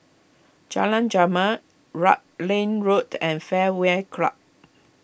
Jalan Jamal Rutland Road and Fairway Club